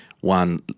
one